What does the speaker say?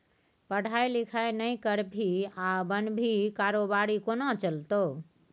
पढ़ाई लिखाई नहि करभी आ बनभी कारोबारी कोना चलतौ